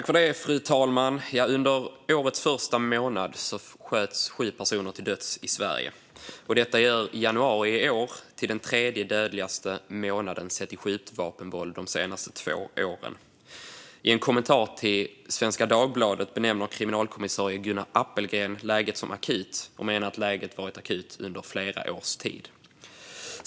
Fru talman! Under årets första månad sköts sju personer till döds i Sverige. Detta gör januari i år till den tredje dödligaste månaden sett till skjutvapenvåld de senaste två åren. I en kommentar till Svenska Dagbladet benämner kriminalkommissarie Gunnar Appelgren läget som akut och menar att det har varit akut under flera års tid.